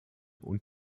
und